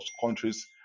countries